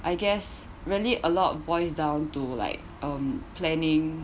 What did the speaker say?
I guess really a lot boils down to like um planning